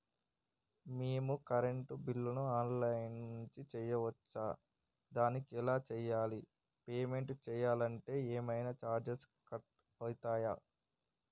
మేము కరెంటు బిల్లును online నుంచి చేయచ్చా? దానికి ఎలా చేయాలి? పేమెంట్ చేయాలంటే ఏమైనా చార్జెస్ కట్ అయితయా?